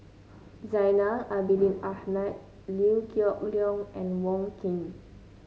Zainal Abidin Ahmad Liew Geok Leong and Wong Keen